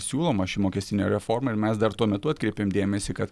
siūloma ši mokestinė reforma ir mes dar tuo metu atkreipėm dėmesį kad